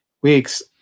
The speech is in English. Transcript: weeks